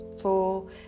four